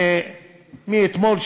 אתמול,